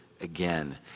again